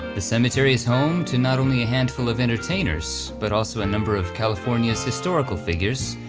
the cemetery is home to not only a handful of entertainers but also a number of california's historical figures,